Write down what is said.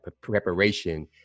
preparation